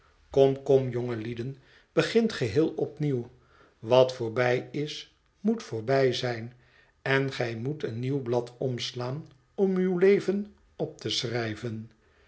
kom kom jongelieden begint geheel opnieuw wat voorbij is moet voorbij zijn en gij moet een nieuw blad omslaan om uw leven op te schrijven